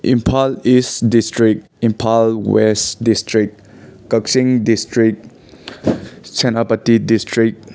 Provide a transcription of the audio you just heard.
Imphal east district Imphal west district Kakching district Senapati district